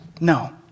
No